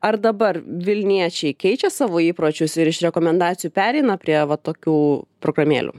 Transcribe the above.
ar dabar vilniečiai keičia savo įpročius ir iš rekomendacijų pereina prie va tokių programėlių